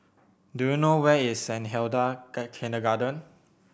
do you know where is Saint Hilda Kindergarten